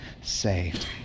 saved